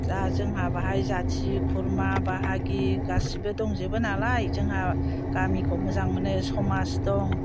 दा जोंहा बेवहाय जाथि खुरमा बाहागि गासैबो दंजोबो नालाय जोंहा गामिखौ मोजां मोनो समाज दं